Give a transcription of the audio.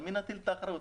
על מי נטיל את האחריות?